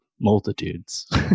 multitudes